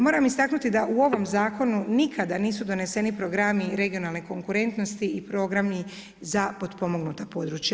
Moram istaknuti da u ovom zakonu nikada nisu doneseni programi regionalne konkurentnosti i programi za potpomognuta područja.